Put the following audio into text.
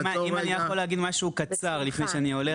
אם אני יכול להגיד משהו קצר לפני שאני הולך,